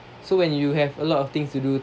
so when you have a lot of things to do